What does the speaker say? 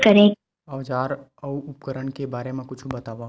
औजार अउ उपकरण के बारे मा कुछु बतावव?